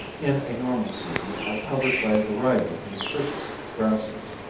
in a normal season, are covered by a variety of nutritious grasses.